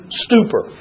stupor